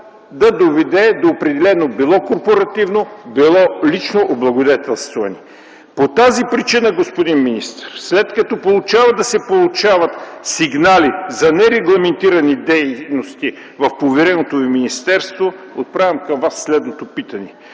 да доведе до определено било корпоративно, било лично облагодетелстване. По тази причина, господин министър, след като продължават да се получават сигнали за нерегламентирани дейности в повереното Ви министерство, отправям към Вас следното питане: